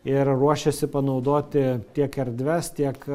ir ruošiasi panaudoti tiek erdves tiek